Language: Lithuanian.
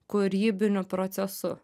kūrybiniu procesu